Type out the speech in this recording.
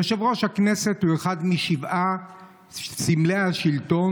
יושב-ראש הכנסת הוא אחד משבעת סמלי השלטון